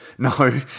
No